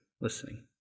Listening